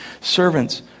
Servants